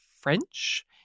French